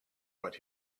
what